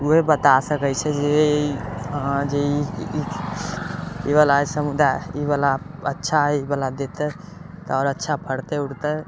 उहे बता सकय छै जे इ जे इ बला समुदाय इ बला अच्छा है इ बला दे तऽ तऽ और अच्छा फरते उरते